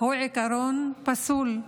הוא עיקרון פסול,